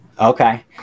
Okay